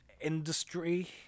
industry